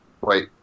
wait